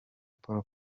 paul